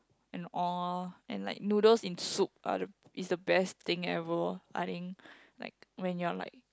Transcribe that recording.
and all lorh and like noodles in soup are the is the best thing ever I think like when you are like